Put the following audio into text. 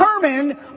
determine